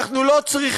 אנחנו לא צריכים,